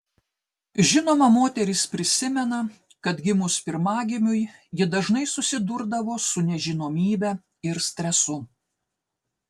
žinoma moteris prisimena kad gimus pirmagimiui ji dažnai susidurdavo su nežinomybe ir stresu